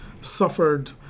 suffered